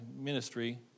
ministry